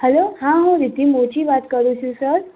hello હા હું રિદ્ધિ મોચી વાત કરું છું સર